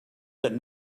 that